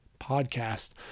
podcast